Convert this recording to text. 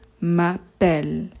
m'appelle